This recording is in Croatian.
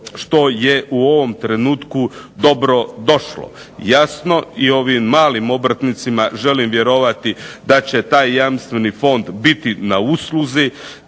što je u ovom trenutku dobro došlo. Jasno i ovim malim obrtnicima želim vjerovati da će taj Jamstveni fond biti na usluzi